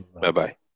bye-bye